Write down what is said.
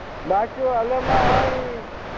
ᱵᱟ ᱪᱚ ᱟᱞᱮ ᱢᱟ ᱦᱚᱸᱜ ᱚᱭ